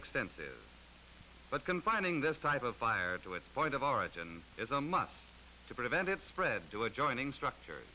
extensive but confining this type of fire to a point of origin is a must to prevent it spread to adjoining structure